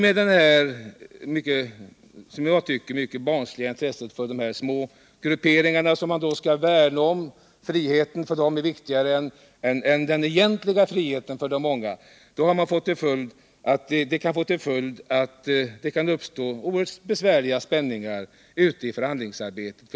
Det enligt min mening mycket barnsliga intresset för de små grupperingarna, som man vill värna om — friheten för dem är viktigare än den egentliga friheten för de många — kan få till följd att det uppstår ocrhört besvärliga spänningar i förhandlingsarbetet.